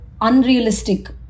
unrealistic